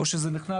או שזה נכנס